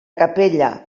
capella